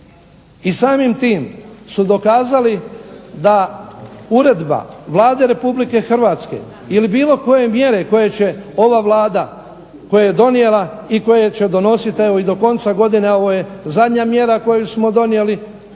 i samim tim su dokazali da uredba Vlade Republike Hrvatske ili bilo koje mjere koje će ova vlada koje je donijela i koje će donositi do konca godine ovo je zadnja mjera koju smo donijeli